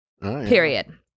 period